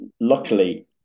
Luckily